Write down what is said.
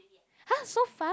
!huh! so fast